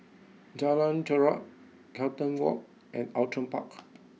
Jalan Chorak Carlton Walk and Outram Park